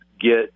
get